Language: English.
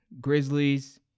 Grizzlies